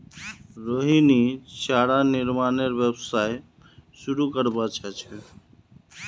रोहिणी चारा निर्मानेर व्यवसाय शुरू करवा चाह छ